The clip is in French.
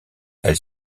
elle